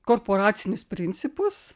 korporacinius principus